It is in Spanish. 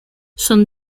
son